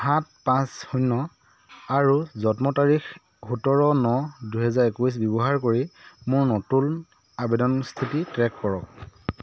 সাত পাঁচ শূন্য আৰু জন্মৰ তাৰিখ সোতৰ ন দুহেজাৰ একৈছ ব্যৱহাৰ কৰি মোৰ নতুন আবেদন স্থিতি ট্ৰেক কৰক